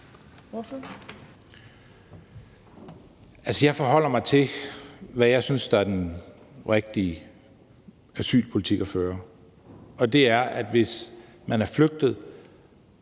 Jeg forholder mig til det, som jeg synes er den rigtige asylpolitik at føre, som er, at hvis man er flygtet